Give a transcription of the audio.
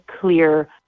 clear